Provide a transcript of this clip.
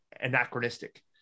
anachronistic